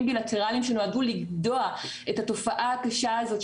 בילטרליים שנועדו לגדוע את התופעה הקשה הזאת,